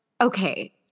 okay